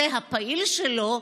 זה הפעיל שלו,